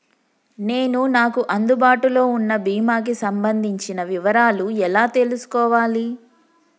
నేను నాకు అందుబాటులో ఉన్న బీమా కి సంబంధించిన వివరాలు ఎలా తెలుసుకోవాలి?